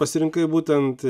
pasirinkai būtent